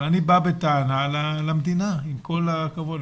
אני בא בטענה למדינה, עם כל הכבוד.